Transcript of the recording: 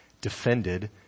defended